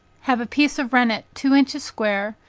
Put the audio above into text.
have a piece of rennet two inches square,